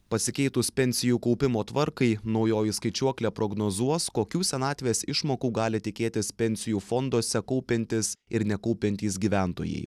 pasikeitus pensijų kaupimo tvarkai naujoji skaičiuoklė prognozuos kokių senatvės išmokų gali tikėtis pensijų fonduose kaupiantys ir nekaupiantys gyventojai